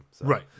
Right